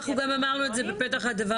אנחנו גם אמרנו את זה בפתח הדברים.